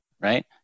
Right